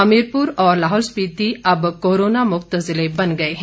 हमीरपुर और लाहौल स्पीति अब कोरोनामुक्त ज़िले बन गए हैं